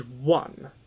one